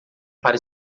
para